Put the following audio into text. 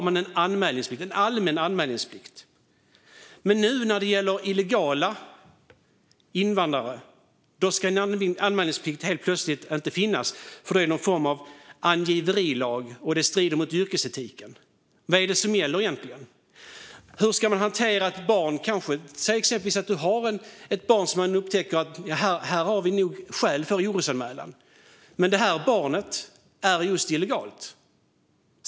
Men när det gäller illegala invandrare ska anmälningsplikt helt plötsligt inte få finnas, för då är det en angiverilag, vilket strider mot yrkesetiken. Tänk om man upptäcker att det finns skäl för en orosanmälan när det gäller ett illegalt barn?